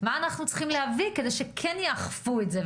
מה אנחנו צריכים לעשות כדי שכן יאכפו את זה?